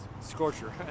scorcher